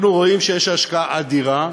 אנחנו רואים שיש השקעה אדירה,